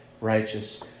righteous